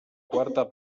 quarta